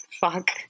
fuck